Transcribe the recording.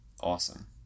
Awesome